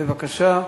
בבקשה.